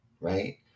right